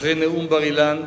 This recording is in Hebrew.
אחרי נאום בר-אילן,